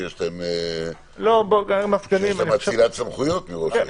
שיש להם אצילת סמכויות מראש הרשות?